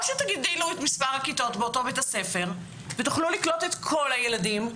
או שתגדילו את מספר הכיתות באותו בית הספר ותוכלו לקלוט את כל הילדים,